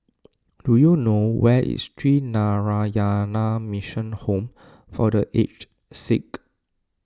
do you know where is Sree Narayana Mission Home for the Aged Sick